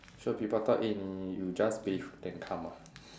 sure people thought eh 你 you just bathe then come ah